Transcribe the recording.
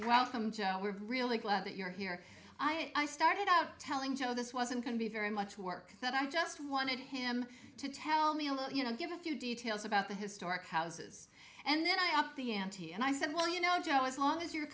while we're really glad that you're here i started out telling joe this wasn't going to be very much work that i just wanted him to tell me a little you know give a few details about the historic houses and then i upped the ante and i said well you know joe as long as you're